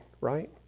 right